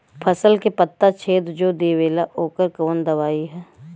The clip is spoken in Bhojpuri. फसल के पत्ता छेद जो देवेला ओकर कवन दवाई ह?